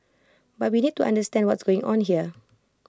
but we need to understand what's going on here